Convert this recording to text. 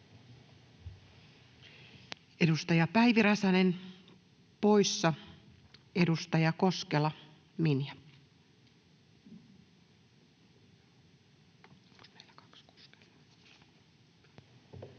Edustaja Päivi Räsänen, poissa. — Edustaja Koskela, Minja. Arvoisa